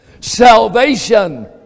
salvation